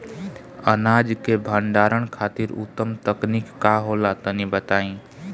अनाज के भंडारण खातिर उत्तम तकनीक का होला तनी बताई?